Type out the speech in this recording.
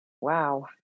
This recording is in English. Wow